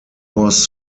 was